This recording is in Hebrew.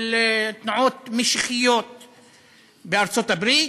מתנועות משיחיות בארצות-הברית,